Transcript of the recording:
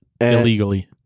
illegally